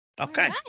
Okay